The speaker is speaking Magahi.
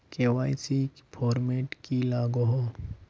के.वाई.सी फॉर्मेट की लागोहो?